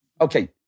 Okay